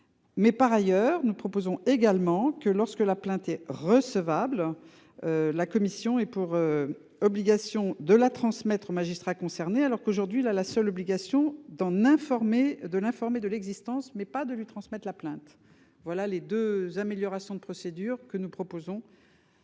Mais par ailleurs, nous proposons également que lorsque la plainte est recevable. La commission et pour. Obligation de la transmettre magistrats concernés alors qu'aujourd'hui la la seule obligation d'en informer de l'informer de l'existence mais pas de lui transmettre la plainte. Voilà les 2 améliorations de procédure que nous proposons.